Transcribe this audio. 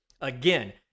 Again